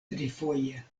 trifoje